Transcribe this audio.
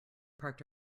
parked